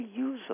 reusable